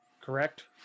Correct